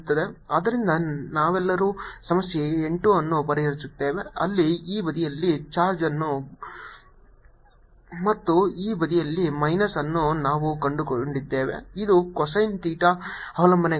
ಆದ್ದರಿಂದ ನಾವೆಲ್ಲರೂ ಸಮಸ್ಯೆ 8 ಅನ್ನು ಪರಿಹರಿಸುತ್ತೇವೆ ಅಲ್ಲಿ ಈ ಬದಿಯಲ್ಲಿ ಚಾರ್ಜ್ಗಳು ಮತ್ತು ಈ ಬದಿಯಲ್ಲಿ ಮೈನಸ್ ಅನ್ನು ನಾವು ಕಂಡುಕೊಂಡಿದ್ದೇವೆ ಇದು cosine ಥೀಟಾ ಅವಲಂಬನೆಗಳು